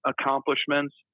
accomplishments